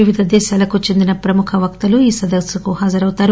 వివిధ దేశాలకు చెందిన ప్రముఖ వక్తలు ఈ సదస్సుకు హాజరుకానున్నారు